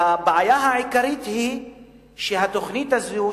הבעיה העיקרית היא שהתוכנית הזאת,